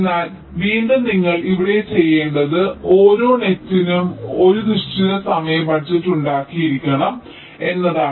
എന്നാൽ വീണ്ടും നിങ്ങൾ ഇവിടെ ചെയ്യേണ്ടത് ഓരോ നെറ്റിനും ഒരു നിശ്ചിത സമയ ബജറ്റ് ഉണ്ടായിരിക്കണം എന്നതാണ്